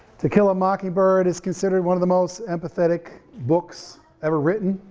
to kill a mockingbird is considered one of the most empathetic books ever written.